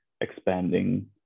expanding